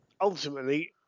ultimately